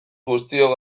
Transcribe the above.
guztiok